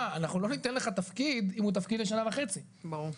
"אנחנו לא ניתן לך תפקיד אם הוא תפקיד לשנה וחצי." ברור.